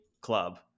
club